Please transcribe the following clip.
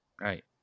Right